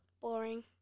Boring